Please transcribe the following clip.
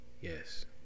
Yes